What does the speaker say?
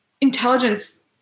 intelligence